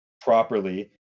properly